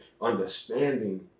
understanding